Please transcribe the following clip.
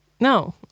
No